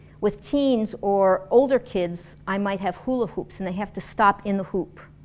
with teens or older kids i might have hula hoops and they have to stop in the hoop